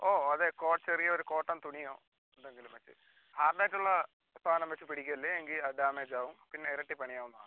ഓ അതെ ചെറിയൊരു കോട്ടൺ തുണിയോ എന്തെങ്കിലും വെച്ച് ഹാർഡ് ആയിട്ടുള്ള സാധനം വെച്ച് പിടിക്കല്ലേ എങ്കിൽ അത് ഡാമേജ് ആവും പിന്നെ ഇരട്ടി പണിയാവുന്നതാണ്